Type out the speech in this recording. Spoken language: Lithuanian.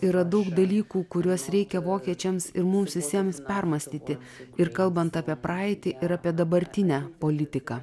yra daug dalykų kuriuos reikia vokiečiams ir mums visiems permąstyti ir kalbant apie praeitį ir apie dabartinę politiką